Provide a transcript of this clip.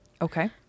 okay